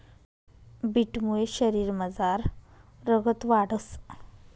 बीटमुये शरीरमझार रगत वाढंस